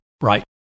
right